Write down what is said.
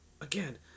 Again